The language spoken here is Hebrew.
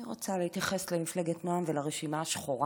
אני רוצה להתייחס למפלגת נעם ולרשימה השחורה